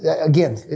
Again